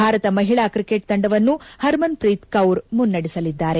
ಭಾರತ ಮಹಿಳಾ ಕ್ರಿಕೆಟ್ ತಂಡವನ್ನು ಪರ್ಮನ್ಪ್ರೀತ್ ಕೌರ್ ಮುನ್ನಡೆಸಲಿದ್ದಾರೆ